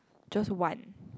just one